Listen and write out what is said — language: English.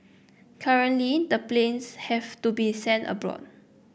currently the planes have to be sent abroad